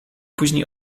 później